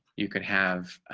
you could have